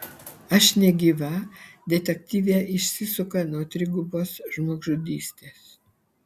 aš negyva detektyvė išsisuka nuo trigubos žmogžudystės